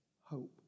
hope